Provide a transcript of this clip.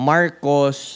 Marcos